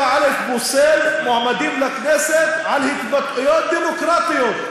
7א פוסל מועמדים לכנסת על התבטאויות דמוקרטיות.